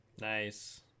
Nice